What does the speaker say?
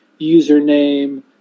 username